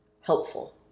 helpful